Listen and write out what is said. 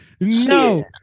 No